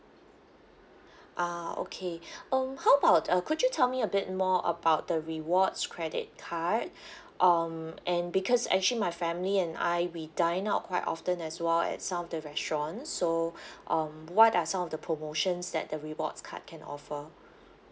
ah okay um how about uh could you tell me a bit more about the rewards credit card um and because actually my family and I we dine out quite often as well at some of the restaurant so um what are some of the promotions that the rewards card can offer